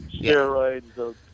steroids